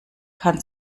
kann